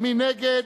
מי נגד?